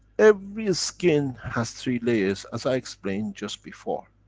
every skin has three layers, as i explained just before.